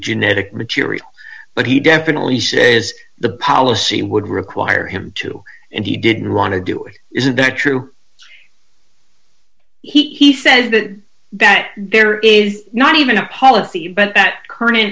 genetic material but he definitely says the policy would require him to and he didn't want to do it isn't that true he says that that there is not even a policy but that current i